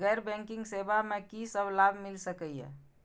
गैर बैंकिंग सेवा मैं कि सब लाभ मिल सकै ये?